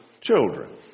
children